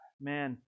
man